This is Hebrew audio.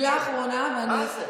מה זה?